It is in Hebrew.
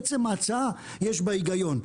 עצם ההצעה יש בה היגיון?